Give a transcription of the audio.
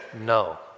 no